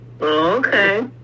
Okay